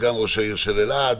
סגן ראש העיר של אלעד,